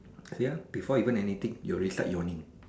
ya before even anything you already start yawning